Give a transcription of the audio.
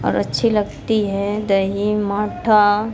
और अच्छी लगती है दही माठा